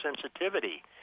sensitivity